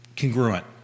congruent